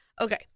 Okay